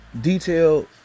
detailed